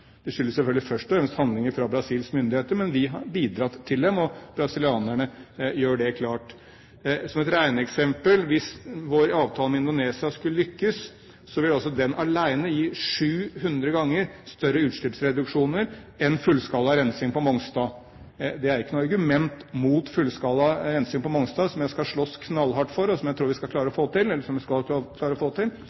Det skyldes selvfølgelig først og fremst handlinger fra Brasils myndigheter, men vi har bidratt til dem, og brasilianerne gjør det klart. Så et regneeksempel: Hvis vår avtale med Indonesia skulle lykkes, vil den alene gi 700 ganger større utslippsreduksjoner enn fullskala rensing på Mongstad. Det er ikke noe argument mot fullskala rensing på Mongstad, som jeg skal slåss knallhardt for, og som jeg tror vi skal klare å få til, eller som vi skal klare å få til,